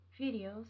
videos